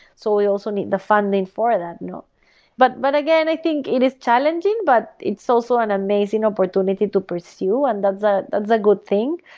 so we also need the funding for that. but but again, i think it is challenging but it's also an amazing opportunity to pursue, and that's ah that's a good thing.